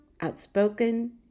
outspoken